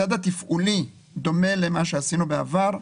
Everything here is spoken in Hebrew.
הצד התפעולי דומה למה שעשינו בעבר.